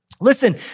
Listen